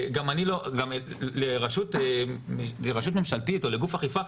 גם לרשות ממשלתית או לגוף אכיפה,